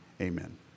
Amen